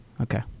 Okay